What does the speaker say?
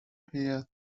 هیات